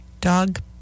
dog